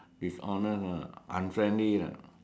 dishonest ah unfriendly ah